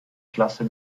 klasse